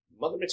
Mother